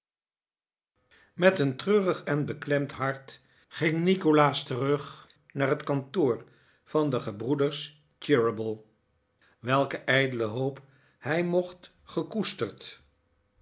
met een treurig en beklemd hart ging nikolaas terug naar het kantoor van de gebroeders cheeryble welke ijdele hoop hij mocht gekoesterd